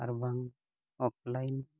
ᱟᱨᱵᱟᱝ ᱚᱯᱷᱞᱟᱭᱤᱱ